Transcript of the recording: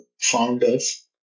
founders